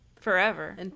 forever